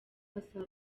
asaba